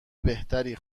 بهتری